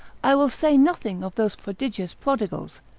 i will say nothing of those prodigious prodigals,